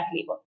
labor